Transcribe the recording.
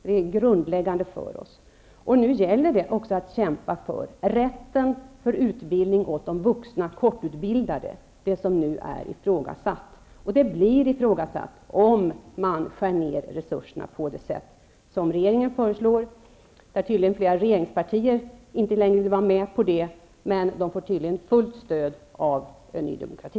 Det är grundläggande för oss, och nu gäller det också att kämpa för rätten till utbildning för de vuxna kortutbildade, det som nu är ifrågasatt. Det blir ifrågasatt om man skär ned resurserna på det sätt som regeringen föreslår. Flera regeringspartier vill tydligen inte längre vara med, men förslagen får uppenbarligen fullt stöd av Ny Demokrati.